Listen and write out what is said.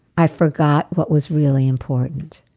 i forgot what was really important.